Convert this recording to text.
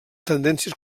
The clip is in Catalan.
tendències